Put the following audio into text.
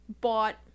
bought